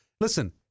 listen